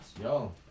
Yo